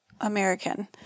American